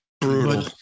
Brutal